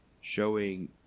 showing